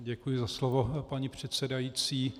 Děkuji za slovo, paní předsedající.